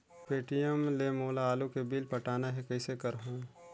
Paytm ले मोला आलू के बिल पटाना हे, कइसे करहुँ?